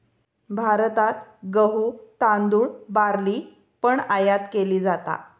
भारतात गहु, तांदुळ, बार्ली पण आयात केली जाता